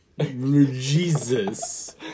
Jesus